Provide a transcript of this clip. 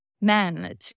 men